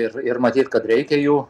ir ir matyt kad reikia jų